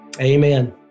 Amen